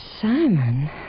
Simon